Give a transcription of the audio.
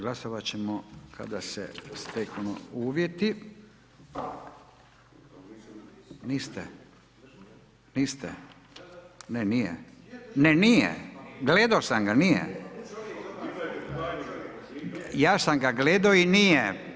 Glasovati ćemo kada se steknu uvjeti. … [[Upadica se ne čuje.]] Niste,… … [[Upadica se ne čuje.]] Ne, nije. … [[Upadica se ne čuje.]] Gledao sam ga, nije. … [[Upadica se ne čuje.]] Ja sam ga gledao i nije.